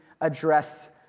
address